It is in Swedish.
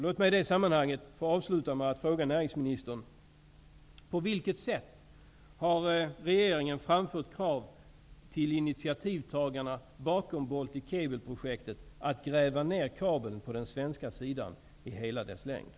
Låt mig avsluta med att i det sammanhanget fråga näringsministern: På vilket sätt har regeringen framfört krav till initiativtagarna till Baltic Cableprojektet att gräva ned kabeln i hela dess längd på den svenska sidan?